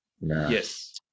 Yes